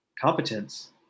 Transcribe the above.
competence